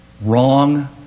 wrong